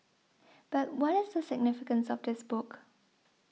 but what is the significance of this book